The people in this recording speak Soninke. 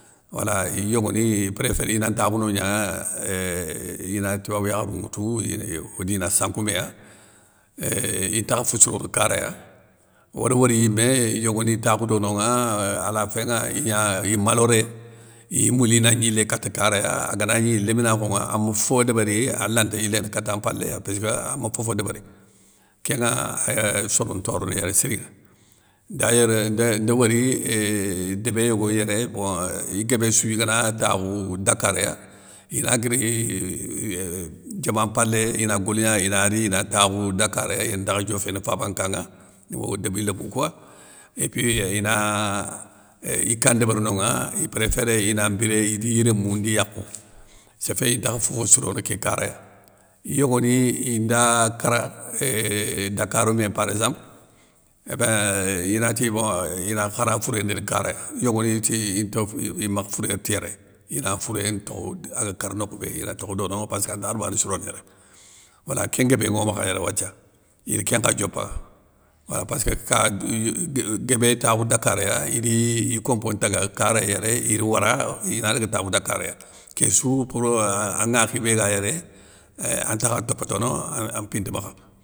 Wala i yogoni, i préféré inan ntakhou no gna, éuuh ina tibabou yakharou nŋwoutou, iye odi na sankou méya euuh intakha fo sirono karaya ode wori yimé yogoni takhou dononŋa, a la finŋa igna i maloré, iy mouli ina gnilé kata karaya aganagni léminakhou ŋa ama fo débéri, alanta yiléné kata an mpalé pésskeu ama fofo débéri, kénŋa ay soron ntorono yéré sirinŋa dayeur nde ndewori, éuuh débé yogo yéré bon éuuh iguébé sou igana takhou, dakar ya ina guiri euuh diaman mpalé ina goligna. ina ri ina takhou dakar ya intakha dioféné faban nkanŋa ou o débi lémou kouwa, épui ina i ka ndébéri nonŋa, i préféré ina mbiré idi i rémou ndi i yakhou, séfé intakha fofo sirono ké kara ya i yogoni, inda kara euuhh dakarou mé parézample, ébein inati bon ina khara fouré ndéni kara ya yogoni ti inte imakhe fouré riti yéré, ina fouré ntokho, aga kar nokhou bé, ina tokhe dononŋa, passkeu ante khar banesirone yéré, wala kén nguébé nŋo makha yéré wathia, ir kén nkha diopa, wa passkeu ka guébé takhou dakarou ya idi i kompo ntaga kara yéré ire wara, ina daga takhou dakar ya késsou pour an ŋakhi bé ga yéré, éiin antakha topetono, an an mpinte makhe.